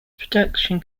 production